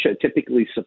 typically